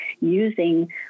using